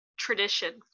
Tradition